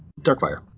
Darkfire